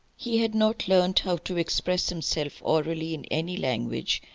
he had not learnt how to express himself orally in any language,